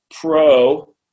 pro